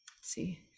see